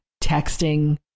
texting